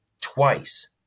twice